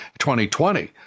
2020